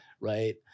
right